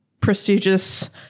prestigious